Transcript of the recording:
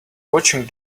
watching